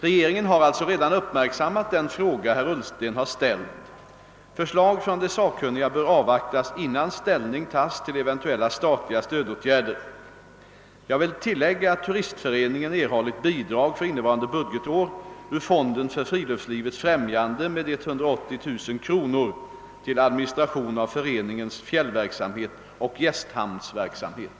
Regeringen har alltså redan uppmärksammat den fråga herr Ullsten har ställt. Förslag från de sakkunniga bör avvaktas innan ställning tas till eventuella statliga stödåtgärder. Jag vill tillägga att Turistföreningen erhållit bidrag för innevarande budgetår ur fonden för friluftslivets främjande med 180 000 kr. till administration av föreningens fjällverksamhet och gästhamnsverksamhet.